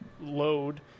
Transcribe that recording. load